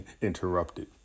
interrupted